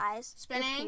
spinning